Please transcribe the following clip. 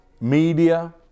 media